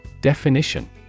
Definition